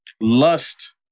lust